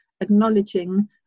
acknowledging